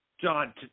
John